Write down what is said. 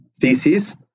thesis